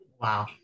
Wow